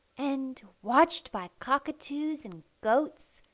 and, watched by cockatoos and goats,